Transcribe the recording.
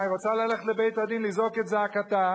היא רוצה ללכת לבית-הדין לזעוק את זעקתה,